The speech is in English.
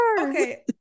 okay